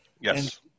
Yes